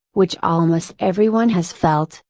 which almost everyone has felt,